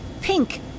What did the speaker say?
pink